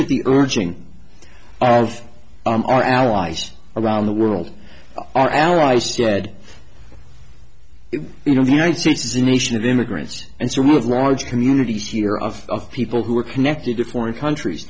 of our allies around the world our allies dead you know the united states is a nation of immigrants and so we have large communities here of people who are connected to foreign countries